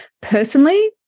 Personally